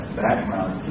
background